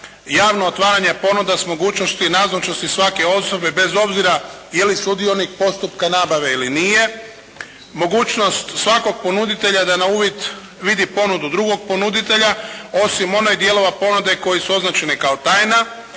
javno otvaranje ponuda s mogućnosti i nazočnosti svake osobe bez obzira je li sudionik postupka nabave ili nije, mogućnost svakog ponuditelja da na uvid vidi ponudu drugog ponuditelja osim onih dijelova ponude koji su označeni kao tajna.